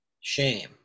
shame